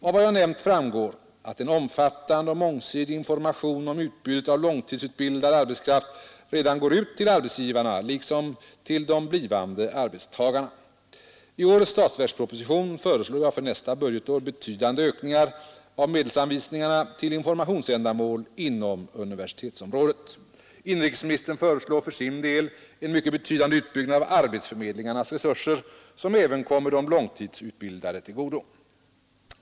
Av vad jag nämnt framgår att en omfattande och mångsidig information om utbudet av långtidsutbildad arbetskraft redan går ut till arbetsgivarna liksom till de blivande arbetstagarna. I årets statsverksproposition föreslår jag för nästa budgetår betydande ökningar av medelsanvisningarna till informationsändamål inom universitetsområdet. Inrikesministern föreslår för sin del en mycket betydande utbyggnad av arbetsförmedlingarnas resurser, som även kan komma de långtidsutbildade till godo.